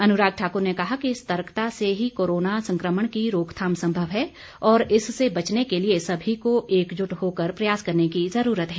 अनुराग ठाकुर ने कहा कि सतर्कता से ही कोरोना संक्रमण की रोकथाम संभव है और इससे बचने के लिए सभी को एकजुट होकर प्रयास करने की ज़रूरत है